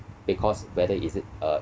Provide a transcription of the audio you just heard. because whether is it uh